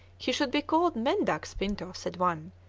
he should be called mendax pinto, said one,